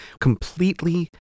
completely